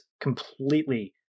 completely